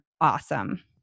awesome